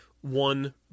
one